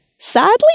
Sadly